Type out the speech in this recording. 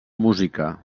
música